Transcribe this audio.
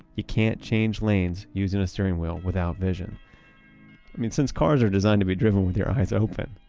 you can't change lanes using a steering wheel without vision. i mean, since cars are designed to be driven with your eyes open,